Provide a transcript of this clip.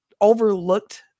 overlooked